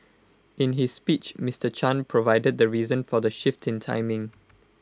in his speech Mister chan provided the reason for the shift in timing